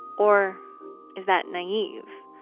or is that naive?